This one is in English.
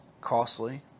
costly